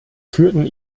führten